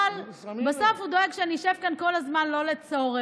אבל בסוף הוא דואג שאני אשב פה כל הזמן שלא לצורך.